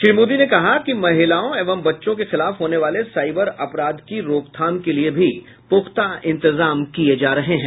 श्री मोदी ने कहा कि महिलाओं एवं बच्चों के खिलाफ होने वाले साइबर अपराध की रोकथाम के लिए भी पुख्ता इंतजाम किए जा रहे हैं